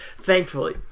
thankfully